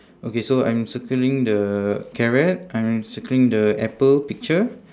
okay so I'm circling the carrot I'm circling the apple picture